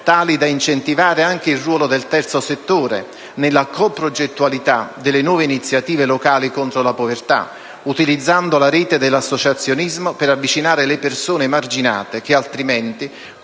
tali da incentivare anche il ruolo del terzo settore nella coprogettualità delle nuove iniziative locali contro la povertà, utilizzando la rete dell'associazionismo per avvicinare le persone emarginate che, altrimenti,